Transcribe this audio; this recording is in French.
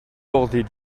bordées